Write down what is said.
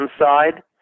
inside